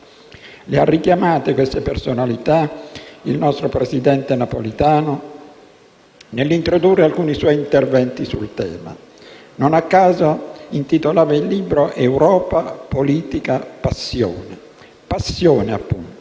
Le ha richiamate, queste personalità, il nostro presidente Napolitano nell'introdurre alcuni suoi interventi sul tema. Non a caso, intitolava il libro: «Europa, politica e passione». Passione, appunto.